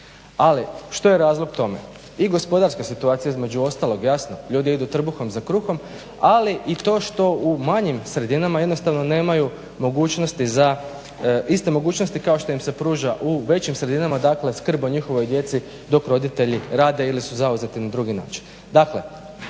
Ali što je razlog tome? I gospodarska situacija između ostalog jasno, ljudi idu trbuhom za kruhom, ali i to što u manjim sredinama jednostavno nemaju iste mogućnosti kao što im se pruža u većim sredinama, dakle skrb o njihovoj djeci dok roditelji rade ili su zauzeti na drugi način.